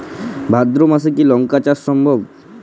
ভাদ্র মাসে কি লঙ্কা চাষ সম্ভব?